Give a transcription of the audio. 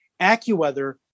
AccuWeather